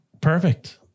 perfect